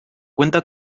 cuenta